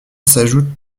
s’ajoutent